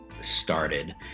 started